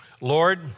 Lord